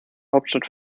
hauptstadt